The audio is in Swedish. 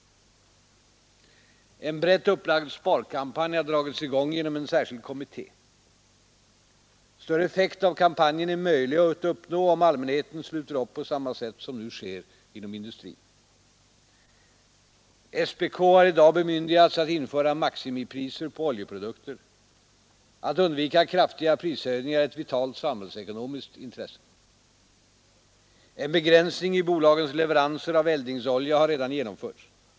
En brett upplagd sparkampanj har dragits i gång genom en särskild kommitté. Större effekt av kampanjen är möjlig att uppnå om allmänheten sluter upp på samma sätt som nu sker inom industrin. SPK har i dag bemyndigats att införa maximipriser på oljeprodukter. Att undvika kraftiga prishöjningar är ett vitalt samhällsekonomiskt intresse. En begränsning i bolagens leveranser av eldningsolja har redan genomförts.